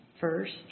first